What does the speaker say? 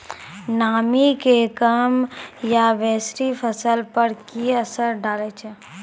नामी के कम या बेसी फसल पर की असर डाले छै?